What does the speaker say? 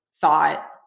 thought